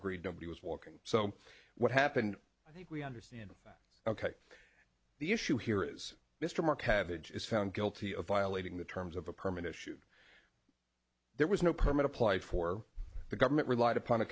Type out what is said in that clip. agreed nobody was walking so what happened i think we understand ok the issue here is mr mark have it is found guilty of violating the terms of a permit issued there was no permit apply for the government relied upon